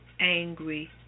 angry